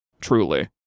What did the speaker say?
Truly